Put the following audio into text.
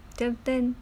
betul betul